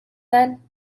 then